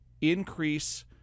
increase